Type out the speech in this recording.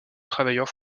travailleurs